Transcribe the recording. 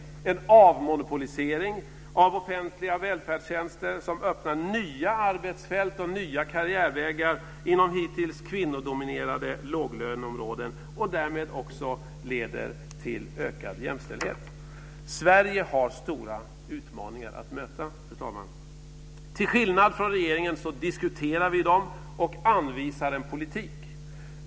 Vi föreslår en avmonopolisering av offentliga välfärdstjänster som öppnar nya arbetsfält och nya karriärvägar inom hittills kvinnodominerade låglöneområden och som därmed också leder till ökad jämställdhet. Sverige har stora utmaningar att möta, fru talman. Till skillnad från regeringen diskuterar vi dem och anvisar en politik.